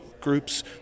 groups